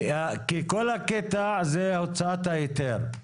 כי כל הקטע זה הוצאת ההיתר.